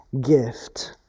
gift